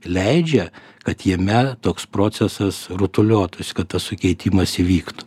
leidžia kad jame toks procesas rutuliotųsi kad tas sukeitimas įvyktų